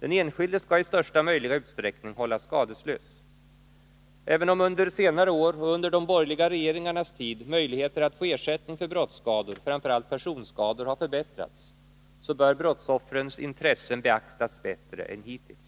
Den enskilde skall i största möjliga utsträckning hållas skadeslös. Även om under senare år och under de borgerliga regeringarnas tid möjligheter att få ersättning för brottsskador, framför allt personskador, har förbättrats, bör brottsoffrens intressen beaktas bättre än hittills.